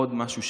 עוד משהו,